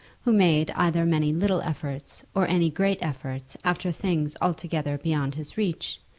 who made either many little efforts, or any great efforts after things altogether beyond his reach,